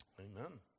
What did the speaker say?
Amen